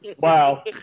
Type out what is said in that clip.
Wow